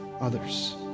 others